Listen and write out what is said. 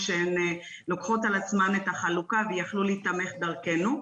שלוקחות על עצמן את החלוקה ויכלו להיתמך דרכנו.